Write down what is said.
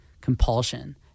compulsion